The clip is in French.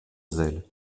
zèle